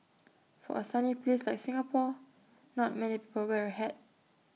for A sunny place like Singapore not many people wear A hat